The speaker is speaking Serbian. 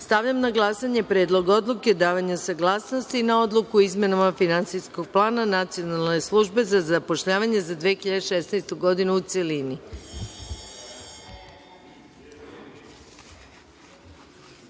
odluke. Stavljam na glasanje Predlog odluke o davanju saglasnosti na Odluku o izmenama Finansijskog plana Nacionalne službe za zapošljavanje za 2016. godinu, u